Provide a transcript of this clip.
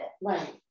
right